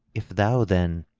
if thou then,